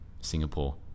Singapore